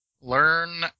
Learn